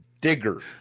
Digger